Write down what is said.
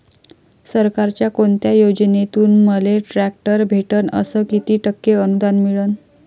सरकारच्या कोनत्या योजनेतून मले ट्रॅक्टर भेटन अस किती टक्के अनुदान मिळन?